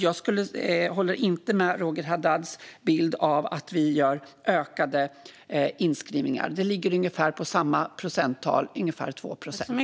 Jag delar alltså inte Roger Haddads bild av att inskrivningarna ökar. De ligger ungefär på samma procenttal som tidigare, ungefär 2 procent.